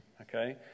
okay